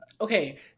okay